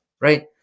right